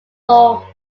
law